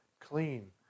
clean